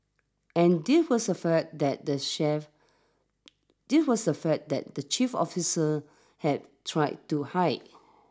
and this was a fact that the chef this was a fact that the chief officers had tried to hide